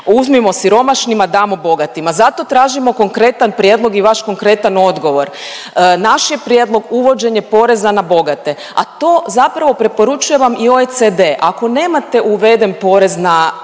Uzmimo siromašnima, damo bogatima. Zato tražimo konkretan prijedlog i vaš konkretan odgovor. Naš je prijedlog uvođenje poreza na bogate, a to zapravo preporučujem vam i ovaj cd. Ako nemate uveden porez na imovinu,